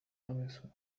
namysłem